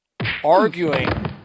arguing